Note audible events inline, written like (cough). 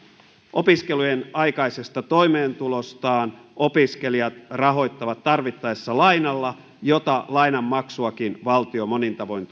opiskelujen aikaisesta toimeentulostaan opiskelijat rahoittavat tarvittaessa lainalla jonka maksuakin valtio monin tavoin (unintelligible)